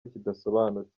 kidasobanutse